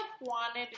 wanted